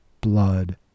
blood